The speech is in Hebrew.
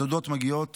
התודות מגיעות